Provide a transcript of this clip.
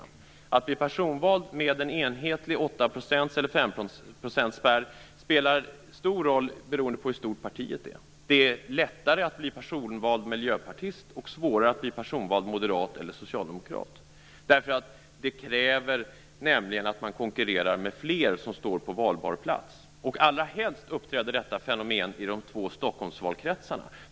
Om man försöker bli personvald med en enhetlig 8-procentsspärr eller med en 5 procentsspärr spelar stor roll. Det beror på hur stort partiet är. Det är lättare att bli personvald miljöpartist och svårare att bli personvald moderat eller socialdemokrat. Det kräver nämligen att man konkurrerar med fler som står på valbar plats. Allra helst uppträder detta fenomen i de två Stockholmsvalkretsarna.